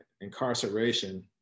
incarceration